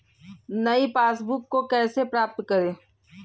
नई पासबुक को कैसे प्राप्त करें?